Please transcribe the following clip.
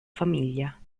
famiglia